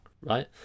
right